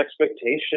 expectation